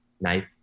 knife